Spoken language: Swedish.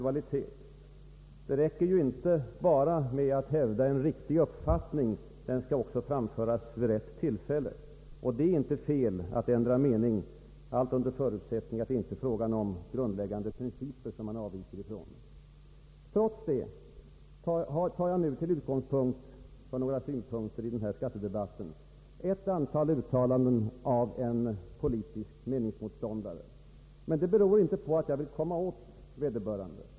Det räcker inte med att bara hävda en riktig uppfattning, den skall också framföras vid rätt tillfälle. Det är inte fel att ändra mening, allt under förutsättning att man inte avviker från grundläggande principer. Trots det tar jag nu till utgångspunkt för några reflexioner i denna skattedebatt ett antal uttalanden av en politisk meningsmotståndare. Men det beror inte på att jag vill komma åt vederbörande.